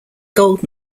gold